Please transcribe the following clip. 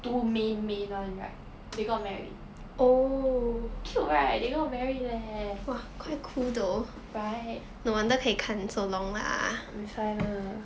two main main [one] right they got married cute right they got married leh right that's why lah